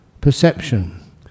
perception